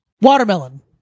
Watermelon